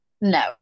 No